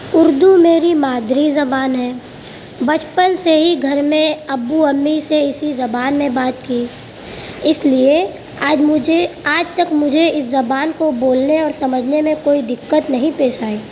اردو میری مادری زبان ہے بچپن سے ہی گھر میں ابو امی سے اسی زبان میں بات کی اس لئے آج مجھے آج تک مجھے اس زبان کو بولنے اور سمجھنے میں کوئی دقت نہیں پیش آئی